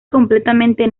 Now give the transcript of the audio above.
completamente